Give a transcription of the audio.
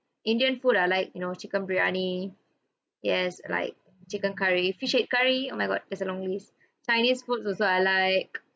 indian food I like you know chicken briyani yes like chicken curry fish head curry oh my god that's a long list chinese food also I like